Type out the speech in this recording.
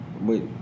Wait